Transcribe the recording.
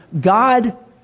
God